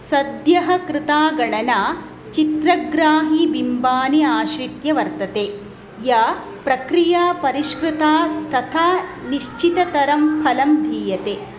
सद्यः कृता गणना चित्रग्राही बिम्बान् आश्रित्य वर्तते या प्रक्रिया परिष्कृता तथा निश्चिततरं फलं दीयते